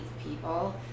people